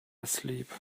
asleep